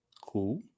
Cool